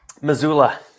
Missoula